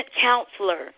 counselor